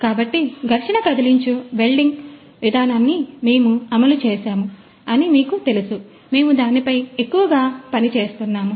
కాబట్టి ఘర్షణ కదిలించు వెల్డింగ్ విధానాన్ని మేము అమలు చేసాము అని మీకు తెలుసు మేము దానిపైన ఎక్కువగా పని చేస్తున్నాము